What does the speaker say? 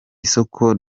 isoko